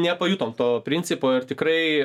nepajutom to principo ir tikrai